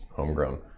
homegrown